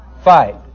fight